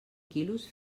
quilos